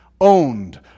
Owned